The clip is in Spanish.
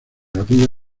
capilla